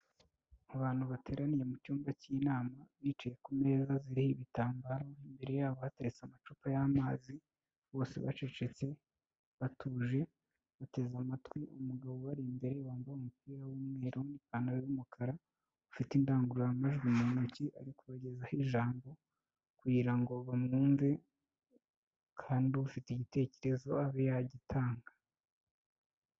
Abantu bateraniye mu cyumba cy'inama, bicaye ku meza ziriho ibitambaro, imbere yabo hateretse amacupa y'amazi, bose bacecetse, batuje, bateze amatwi, umugabo ubari imbere wambaye umupira w'umweru, n'ipantaro y'umukara, ufite indangururamajwi mu ntoki ari kubagezaho ijambo kugira ngo bamwumve, kandi ufite igitekerezo abe yagitanga.